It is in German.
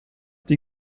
die